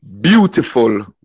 Beautiful